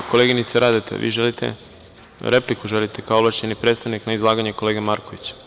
Koleginice Radeta, vi želite repliku kao ovlašćeni predstavnik na izlaganje kolege Markovića?